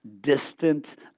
distant